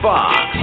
Fox